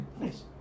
Nice